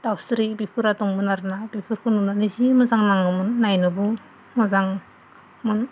दाउस्रि बिफोरो दंमोन आरोना बेफोरखौ नुनानै जि मोजां नाङोमोन नायनोबो मोजांमोन